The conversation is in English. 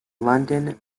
london